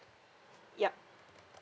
yup